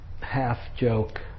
half-joke